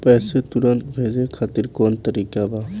पैसे तुरंत भेजे खातिर कौन तरीका बा?